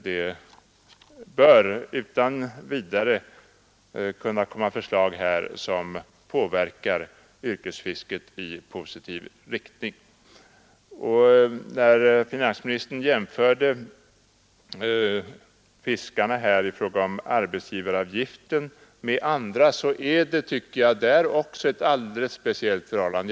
Det bör utan vidare kunna komma förslag i för yrkesfisket positiv riktning. I fråga om arbetsgivaravgiften jämförde finansministern fiskarna med andra företagare. Jag tycker att det även därvidlag råder ett alldeles speciellt förhållande.